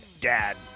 Dad